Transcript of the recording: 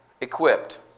Equipped